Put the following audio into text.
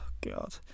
God